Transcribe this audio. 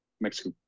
mexico